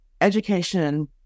education